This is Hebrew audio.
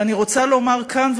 ואני רוצה לומר כאן,